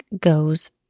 goes